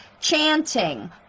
chanting